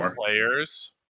players